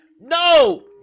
No